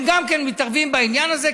הם גם מתערבים בעניין הזה,